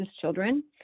children